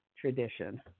tradition